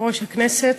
יושב-ראש הכנסת,